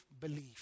belief